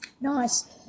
Nice